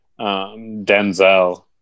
denzel